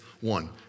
One